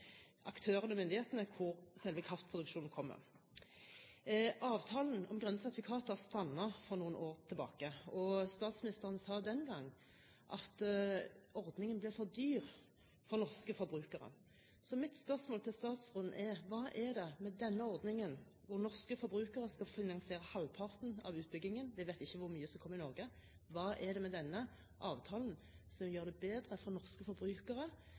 aktørene og myndighetene hvor selve kraftproduksjonen kommer. Avtalen om grønne sertifikater strandet for noen år tilbake, og statsministeren sa den gang at ordningen ble for dyr for norske forbrukere. Så mitt spørsmål til statsråden er: Hva er det med denne ordningen, hvor norske forbrukere skal finansiere halvparten av utbyggingen – vi vet ikke hvor mye som kommer i Norge – som gjør den bedre for norske forbrukere